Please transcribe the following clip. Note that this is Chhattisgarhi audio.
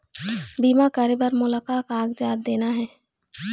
बीमा करे बर मोला का कागजात देना हे?